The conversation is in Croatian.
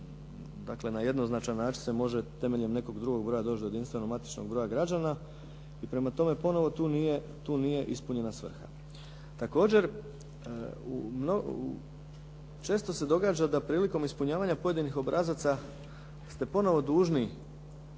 Dakle, na jednoznačan način se može temeljem nekog drugog broja doći do jedinstvenog matičnog broja građana i prema tome ponovno tu nije ispunjena svrha. Također, često se događa da prilikom ispunjavanja pojedinih obrazaca ste ponovo dužni